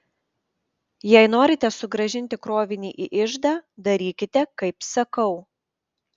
jei norite sugrąžinti krovinį į iždą darykite kaip sakau